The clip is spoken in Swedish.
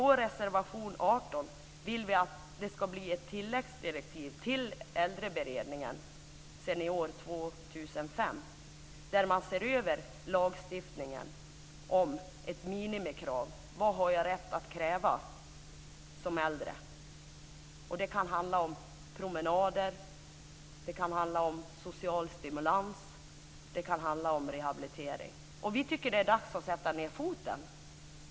I reservation 18 säger vi att vi vill ha ett tilläggsdirektiv till Äldreberedningen Senior 2005 där man ser över lagstiftningen om ett minimikrav - vad man som äldre har rätt att kräva. Det kan handla om promenader, om social stimulans eller om rehabilitering. Vi tycker att det är dags att sätta ned foten.